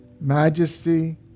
majesty